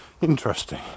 interesting